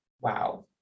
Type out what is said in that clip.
Wow